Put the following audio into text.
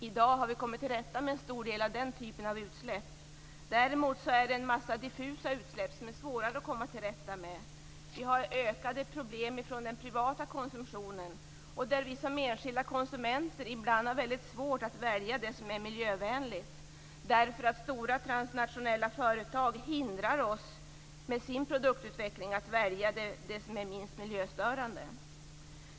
I dag har vi kommit till rätta med en stor del av den typen av utsläpp. Däremot finns det i dag en mängd diffusa utsläpp som är svårare att komma till rätta med. Den privata konsumtionen har lett till ökade problem. Vi har som enskilda konsumenter ibland svårt att välja det som är miljövänligt. Stora transnationella företag hindrar oss på grund av deras produktutveckling att välja det som är minst miljöstörande.